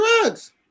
drugs